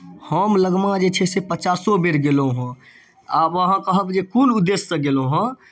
हम लगमा जे छै से पचासो बेर गेलहुँ हेँ आब अहाँ कहब जे कोन उद्देश्यसँ गेलहुँ हेँ